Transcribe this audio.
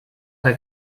ara